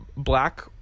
Black